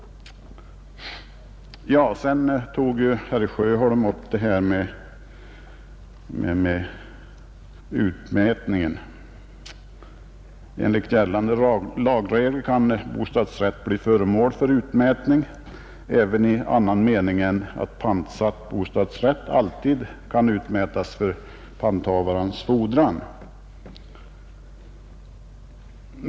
Herr Sjöholm tog upp reglerna om utmätning. Enligt gällande lagregler kan bostadsrätt bli föremål för utmätning även i annan mening än att pantsatt bostadsrätt alltid kan utmätas för panthavarens fordran.